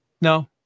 No